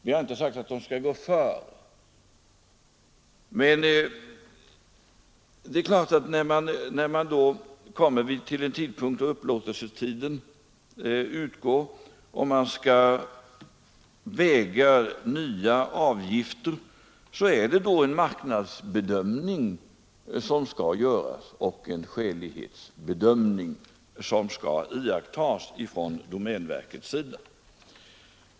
Vi har inte sagt att domänverket skall gå före, men det är klart att när man kommer fram till upplåtelsetidens utgång och skall överväga nya avgifter blir det en marknadsoch skälighetsbedömning som skall göras från domänverkets sida.